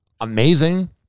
amazing